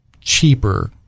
cheaper